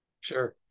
Sure